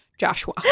Joshua